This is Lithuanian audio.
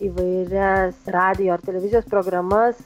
įvairias radijo ar televizijos programas